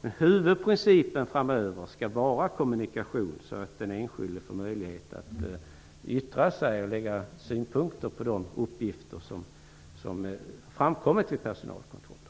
Men huvudprincipen framöver skall vara kommunikation, så att den enskilde får möjlighet att yttra sig och anföra synpunkter på de uppgifter som framkommit vid personalkontrollen.